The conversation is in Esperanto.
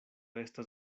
estas